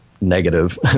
negative